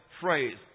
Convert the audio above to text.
phrase